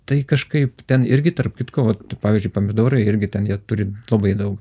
tai kažkaip ten irgi tarp kitko pavyzdžiui pomidorai irgi ten jie turi labai daug